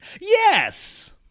yes